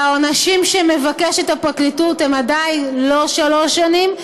והעונשים שמבקשת הפרקליטות הם עדיין לא שלוש שנים,